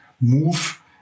move